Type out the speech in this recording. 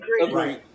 agree